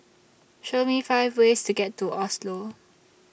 Show Me five ways to get to Oslo